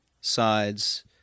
sides